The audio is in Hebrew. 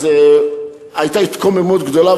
היתה התקוממות גדולה,